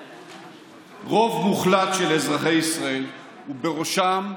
רוב מוחלט של אזרחי ישראל, ובראשם,